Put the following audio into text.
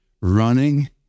running